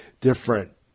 different